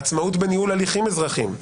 עצמאות בניהול הליכים אזרחיים,